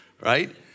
Right